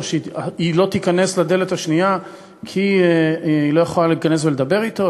או שהיא לא תיכנס לדלת השנייה כי היא לא יכולה להיכנס ולדבר אתו?